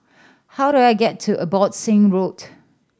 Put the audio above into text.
how do I get to Abbotsingh Road